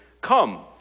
Come